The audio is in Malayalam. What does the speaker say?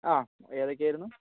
ആ ഏതൊക്കെയായിരുന്നു